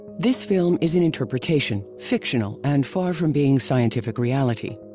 this film is an interpretation, fictional and far from being scientific reality.